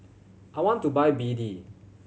I want to buy B D